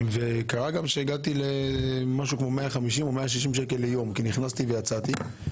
קרה גם שהגעתי ל-150 -160 שקל כי נכנסתי ויצאתי.